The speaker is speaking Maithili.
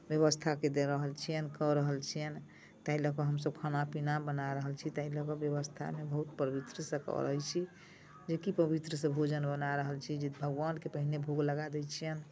व्यवस्थाके दऽ रहल छियनि कऽ रहल छियनि ताहि लऽ कऽ हमसभ खाना पीना बना रहल छी ताहि लऽ कऽ व्यवस्थामे बहुत पवित्रसँ करै छी जेकि पवित्रसँ भोजन बना रहल छी जे भगवानके पहिने भोग लगा दै छियनि